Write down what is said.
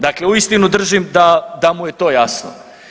Dakle uistinu držim da mu je to jasno.